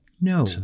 No